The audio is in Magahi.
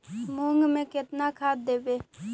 मुंग में केतना खाद देवे?